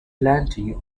plenty